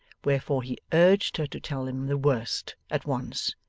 wherefore he urged her to tell him the worst at once.